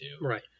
right